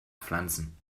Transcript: pflanzen